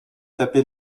tapé